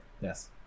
yes